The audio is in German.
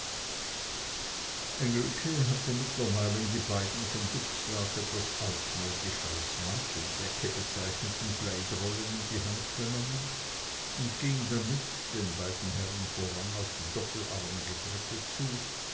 hatte mittlerweile die beiden von dubslav etwas altmodisch als mantelsäcke bezeichneten plaidrollen in die hand genommen und ging damit den beiden herren voran auf die doppelarmige treppe zu